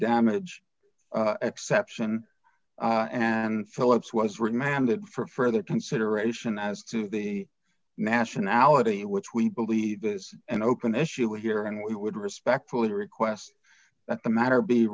damage exception and phillips was remanded for further consideration as to the nationality which we believe this an open issue here and we would respectfully request that the matter be